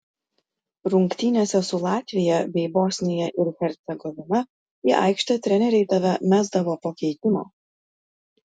rungtynėse su latvija bei bosnija ir hercegovina į aikštę treneriai tave mesdavo po keitimo